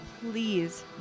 please